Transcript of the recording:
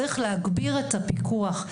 צריך להגביר את הפיקוח.